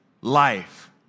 life